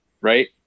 right